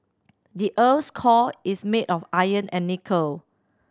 the earth's core is made of iron and nickel